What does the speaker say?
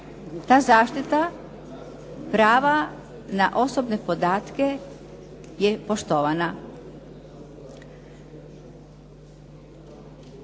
ta zaštita prava na osobne podatke je poštovana.